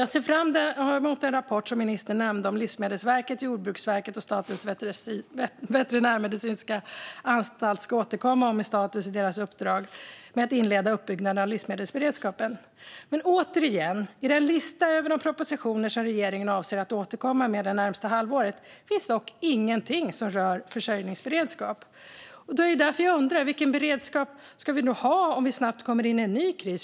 Jag ser fram emot den rapport som ministern nämnde om att Livsmedelsverket, Jordbruksverket och Statens veterinärmedicinska anstalt ska återkomma med om status i deras uppdrag med att inleda uppbyggnaden av livsmedelsberedskapen. Jag säger återigen: I den lista över propositioner som regeringen avser att återkomma med det närmaste halvåret finns dock ingenting som rör försörjningsberedskap. Det är därför jag undrar vilken beredskap som ska finnas om vi snabbt kommer in i en ny kris.